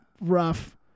rough